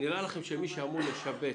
נראה לכם שמי שאמור לשבץ